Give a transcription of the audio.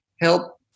help